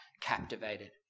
captivated